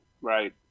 Right